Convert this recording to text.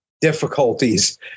difficulties